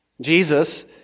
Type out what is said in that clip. Jesus